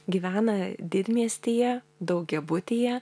gyvena didmiestyje daugiabutyje